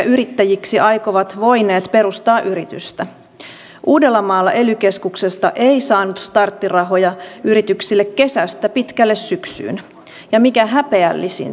tällä hetkellä se on tiedon kulkua estävä kun sen sijaan tietosuojalainsäädännön pitäisi olla tarkoitettu niille jotka ovat ulkopuolisia